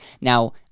Now